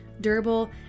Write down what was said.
durable